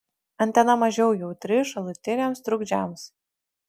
antena mažiau jautri šalutiniams trukdžiams